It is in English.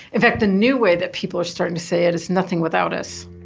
in fact, the new way that people are starting to say it is nothing without us.